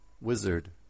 Wizard